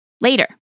later